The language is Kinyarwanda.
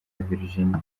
virginia